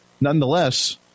nonetheless